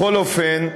בכל אופן,